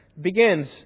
Begins